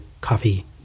coffee